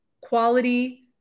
quality